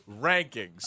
rankings